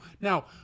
Now